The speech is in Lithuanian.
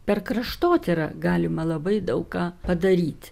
per kraštotyrą galima labai daug ką padaryt